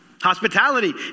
Hospitality